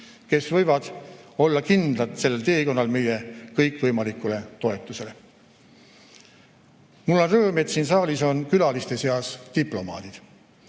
kes võivad olla sel teekonnal kindlad meie kõikvõimalikule toetusele. Mul on rõõm, et siin saalis on külaliste seas diplomaadid.